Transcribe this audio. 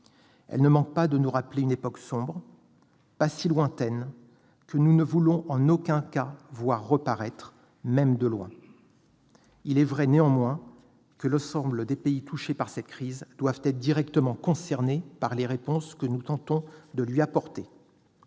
Elle ne manque pas de nous rappeler une époque sombre, pas si lointaine, que nous ne voulons en aucun cas voir reparaître. Il est vrai, néanmoins, que l'ensemble des pays touchés par cette crise doivent être directement concernés par les réponses que nous tentons d'y apporter.